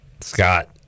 Scott